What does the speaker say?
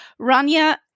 Rania